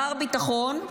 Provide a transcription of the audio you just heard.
מר ביטחון,